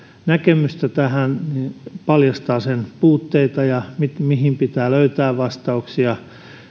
näkemystä tähän ja paljastaa sen puutteita mihin pitää löytää vastauksia